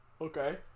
Okay